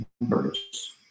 numbers